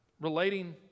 relating